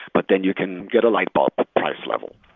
but then you can get a light bulb at price level.